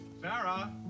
Sarah